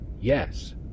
yes